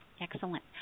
Excellent